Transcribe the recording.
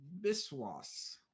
Biswas